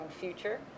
future